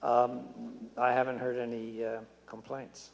i haven't heard any complaints